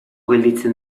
gelditzen